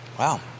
Wow